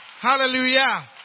Hallelujah